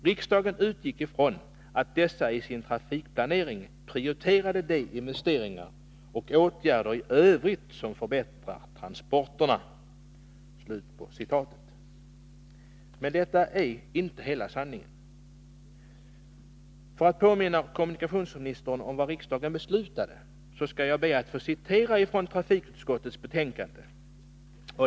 Riksdagen utgick från att dessa i sin trafikplanering m.m. prioriterar de investeringar och åtgärder i övrigt som förbättrar transporterna.” Men detta är inte hela sanningen. För att påminna kommunikationsministern om vad riksdagen beslutade skall jag be att få citera från trafikutskottets betänkande.